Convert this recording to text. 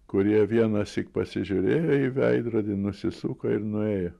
kurie vienąsyk pasižiūrėjo į veidrodį nusisuko ir nuėjo